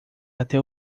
até